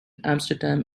amsterdam